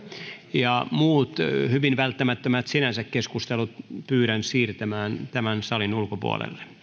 ja muut sinänsä hyvin välttämättömät keskustelut pyydän siirtämään tämän salin ulkopuolelle